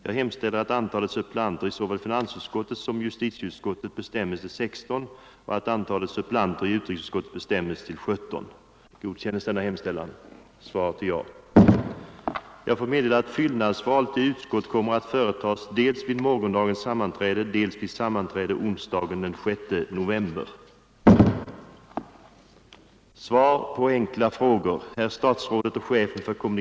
Jag hemställer att antalet suppleanter i såväl finansutskottet som justitieutskottet bestämmes till 16 och antalet suppleanter i utrikesutskottet bestämmes till 17.